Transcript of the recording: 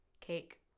cake